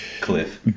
Cliff